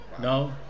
No